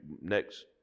next